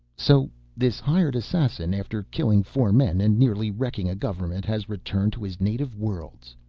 so this hired assassin, after killing four men and nearly wrecking a government, has returned to his native worlds.